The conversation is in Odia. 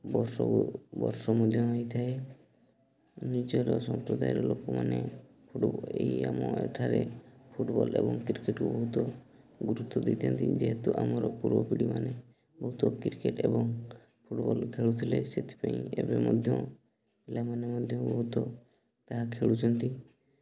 ବର୍ଷକୁ ବର୍ଷ ମଧ୍ୟ ହେଇଥାଏ ନିଜର ସମ୍ପ୍ରଦାୟର ଲୋକମାନେ ଫୁଟ୍ବଲ୍ ଏଇ ଆମ ଏଠାରେ ଫୁଟ୍ବଲ୍ ଏବଂ କ୍ରିକେଟ୍କୁ ବହୁତ ଗୁରୁତ୍ୱ ଦେଇଥାନ୍ତି ଯେହେତୁ ଆମର ପୂର୍ବ ପିଢ଼ିମାନେ ବହୁତ କ୍ରିକେଟ୍ ଏବଂ ଫୁଟ୍ବଲ୍ ଖେଳୁଥିଲେ ସେଥିପାଇଁ ଏବେ ମଧ୍ୟ ପିଲାମାନେ ମଧ୍ୟ ବହୁତ ତାହା ଖେଳୁଛନ୍ତି